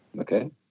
Okay